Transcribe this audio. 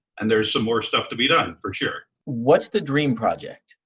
and there's some more stuff to be done, for sure. what's the dream project?